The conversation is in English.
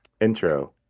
intro